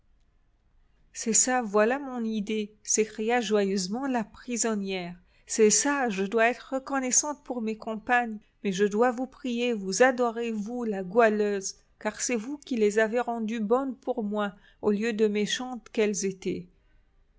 c'est ça voilà mon idée s'écria joyeusement la prisonnière c'est ça je dois être reconnaissante pour mes compagnes mais je dois vous prier vous adorer vous la goualeuse car c'est vous qui les avez rendues bonnes pour moi au lieu de méchantes qu'elles étaient